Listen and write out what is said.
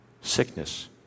sickness